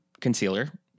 concealer